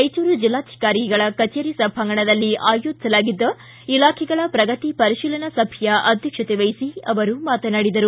ರಾಯಚೂರು ಜಿಲ್ಲಾಧಿಕಾರಿಯವರ ಕಚೇರಿ ಸಭಾಂಗಣದಲ್ಲಿ ಆಯೋಜಿಸಲಾಗಿದ್ದ ಇಲಾಖೆಗಳ ಶ್ರಗತಿ ಪರಿಶೀಲನಾ ಸಭೆಯ ಅಧ್ಯಕ್ಷತೆ ವಹಿಸಿ ಅವರು ಮಾತನಾಡಿದರು